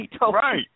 Right